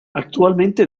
actualmente